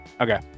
Okay